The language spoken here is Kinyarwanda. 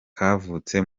kavutse